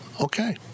okay